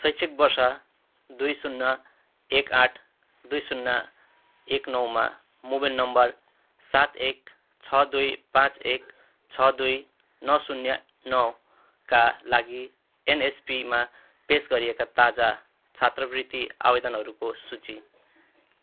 शैक्षिक वर्ष दुई शून्य एक आठ दुई शून्य एक नौमा मोबाइल नम्बर सात एक छ दुई पाँच एक छ दुई नौ शून्य नौका लागि एनएसपीमा पेस गरिएका ताजा छात्रवृत्ति आवेदनहरूको सूची